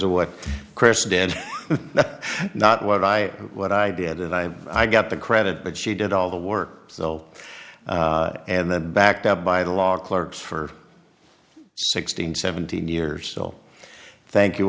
of what chris did not what i what i did and i i got the credit but she did all the work though and then backed up by the law clerks for sixteen seventeen years so thank you